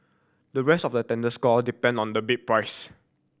the rest of the tender score depend on the bid price